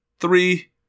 Three